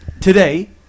Today